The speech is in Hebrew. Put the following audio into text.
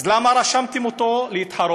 אז למה רשמתם אותו לתחרות?